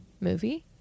movie